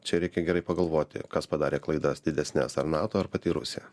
čia reikia gerai pagalvoti kas padarė klaidas didesnes ar nato ar pati rusija